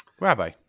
rabbi